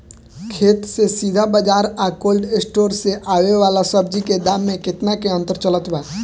खेत से सीधा बाज़ार आ कोल्ड स्टोर से आवे वाला सब्जी के दाम में केतना के अंतर चलत बा?